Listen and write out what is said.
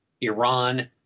Iran